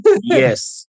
Yes